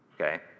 okay